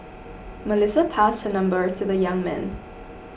Melissa passed her number to the young man